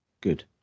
good